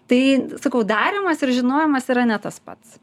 tai sakau darymas ir žinojimas yra ne tas pats